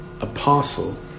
apostle